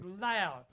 loud